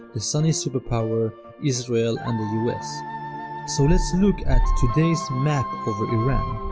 the sunni superpower israel and the us so let's look at today's map over iran